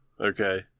Okay